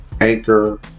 anchor